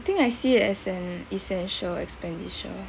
I think I see it as an essential expenditure